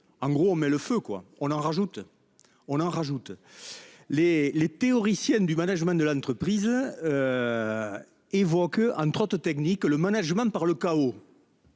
en gros, on met le feu quoi on en rajoute, on en rajoute. Les les théoriciens du management de l'entreprise. Évoque un trotte technique le management par le chaos.